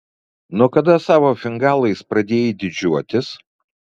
nuo kada savo fingalais pradėjai didžiuotis